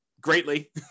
greatly